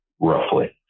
roughly